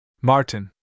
Martin